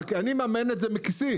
אני מממן את זה מכיסי.